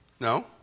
No